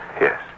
Yes